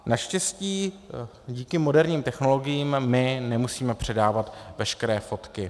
Naštěstí díky moderním technologiím my nemusíme předávat veškeré fotky.